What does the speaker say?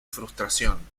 frustración